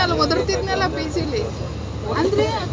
ನಿಮ್ಮ ಹೊಲ್ದಾಗ ಬೋರ್ ಐತೇನ್ರಿ?